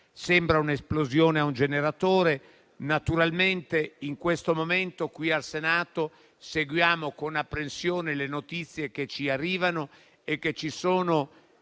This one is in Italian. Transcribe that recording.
di un'esplosione a un generatore. Naturalmente in questo momento qui al Senato seguiamo con apprensione le notizie che ci arrivano e che ci sono